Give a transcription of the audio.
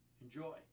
Enjoy